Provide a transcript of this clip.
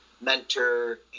mentor